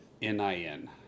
NIN